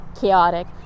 chaotic